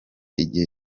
igihe